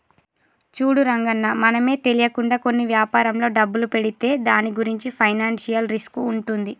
చూడు రంగన్న మనమే తెలియకుండా కొన్ని వ్యాపారంలో డబ్బులు పెడితే దాని గురించి ఫైనాన్షియల్ రిస్క్ ఉంటుంది